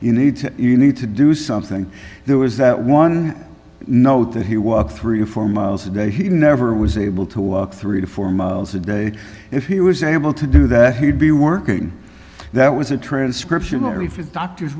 you need to you need to do something there was that one note that he walked three or four miles a day he never was able to walk three to four miles a day if he was able to do that he would be working that was a transcription or if it doctors